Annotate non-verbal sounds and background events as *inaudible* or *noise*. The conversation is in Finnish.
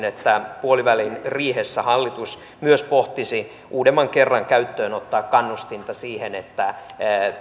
*unintelligible* että puoliväliriihessä hallitus myös pohtisi uudemman kerran ottavansa käyttöön kannustinta siihen että